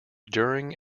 during